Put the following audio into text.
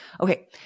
Okay